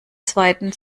zweiten